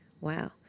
Wow